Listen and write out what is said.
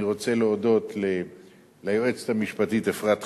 אני רוצה להודות ליועצת המשפטית אפרת חקאק,